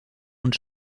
und